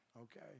Okay